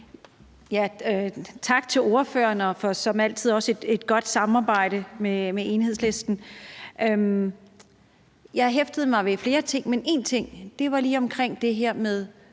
tak for et som altid godt samarbejde med Enhedslisten. Jeg hæftede mig ved flere ting, men én ting var lige omkring det her med